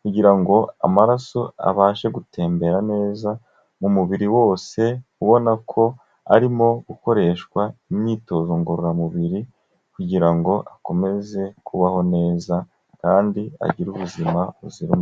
kugira ngo amaraso abashe gutembera neza mu mubiri wose, ubona ko arimo gukoreshwa imyitozo ngororamubiri, kugira ngo akomeze kubaho neza kandi agire ubuzima buzira umuze.